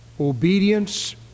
obedience